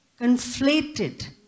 conflated